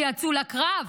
שיצאו לקרב,